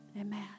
Amen